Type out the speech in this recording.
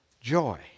joy